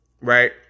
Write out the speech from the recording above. right